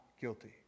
guilty